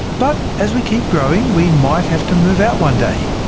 but as we keep growing we might have to move out one day.